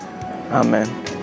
Amen